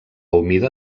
humida